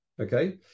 okay